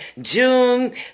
June